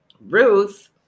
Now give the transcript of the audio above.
Ruth